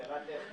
שאלה טכנית.